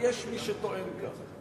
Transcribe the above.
יש מי שטוען כך.